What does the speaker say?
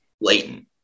blatant